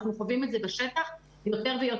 אנחנו קובעים את זה בשטח יותר ויותר.